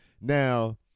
now